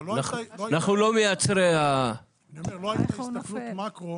לא הייתה הסתכלות מקרו